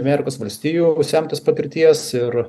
amerikos valstijų semtis patirties ir